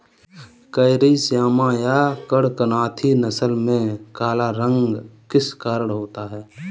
Carry Shyama या कड़कनाथी नस्ल में काला रंग किस कारण होता है?